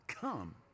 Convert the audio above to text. come